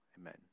Amen